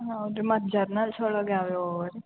ಹೌದು ರೀ ಮತ್ತು ಜರ್ನಲ್ಸ್ ಒಳಗೆ ಯಾವ ಯಾವ ಇವೆ ರೀ